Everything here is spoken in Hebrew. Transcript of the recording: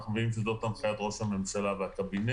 אנחנו מבינים שזו הנחיית ראש הממשלה והקבינט.